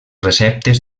receptes